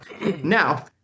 Now